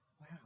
Wow